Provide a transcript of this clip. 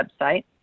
website